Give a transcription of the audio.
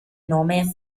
nome